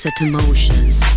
emotions